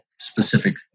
Specific